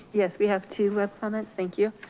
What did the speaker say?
yes we have two web comments. thank you.